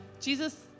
Jesus